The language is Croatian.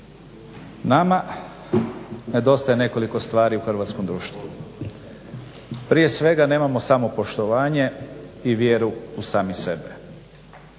Nama nedostaje nekoliko stvari u hrvatskom društvu. Prije svega nemamo samopoštovanje i vjeru u sami sebe.